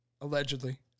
Allegedly